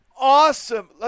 awesome